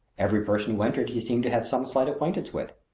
every person who entered he seemed to have some slight acquaintance with.